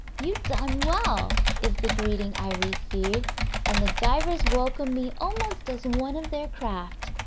you done well, is the greeting i receive and the divers welcome me almost as one of their craft.